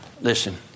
Listen